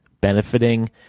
benefiting